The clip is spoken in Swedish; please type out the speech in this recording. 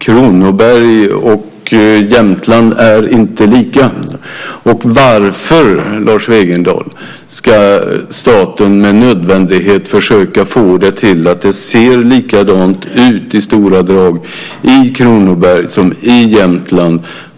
Kronoberg och Jämtland är inte lika. Varför, Lars Wegendal, ska staten med nödvändighet försöka få det till att det i stora drag ser likadant ut i Kronoberg som i Jämtland?